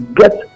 get